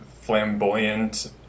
flamboyant